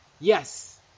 Yes